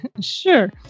sure